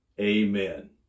Amen